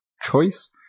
choice